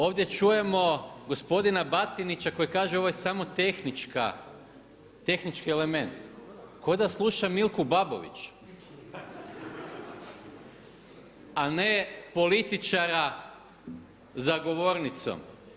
Ovdje čujemo gospodina Batinića, ovo je samo tehnički element, ko da slušam Milku Babović, a ne političara za govornicom.